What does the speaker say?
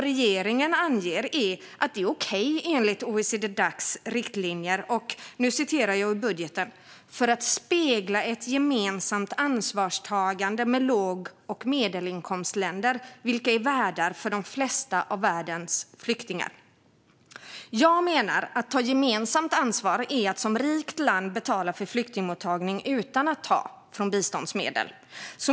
Regeringen anger som skäl att det är okej enligt OECD-Dacs riktlinjer och - jag citerar ur budgeten - "för att spegla ett gemensamt ansvarstagande med låg och medelinkomstländer, vilka är värdar för de flesta av världens flyktingar". Att ta gemensamt ansvar menar jag är att som rikt land betala för flyktingmottagning utan att ta från biståndsmedel.